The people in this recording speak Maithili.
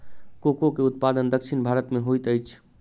कोको के उत्पादन दक्षिण भारत में होइत अछि